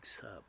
sub